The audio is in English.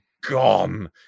gone